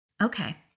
Okay